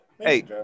Hey